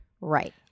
right